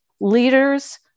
leaders